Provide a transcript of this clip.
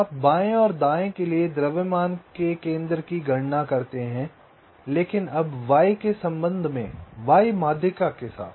तो आप बाएं और दाएं के लिए द्रव्यमान के केंद्र की गणना करते हैं लेकिन अब y के संबंध में y माध्यिका के साथ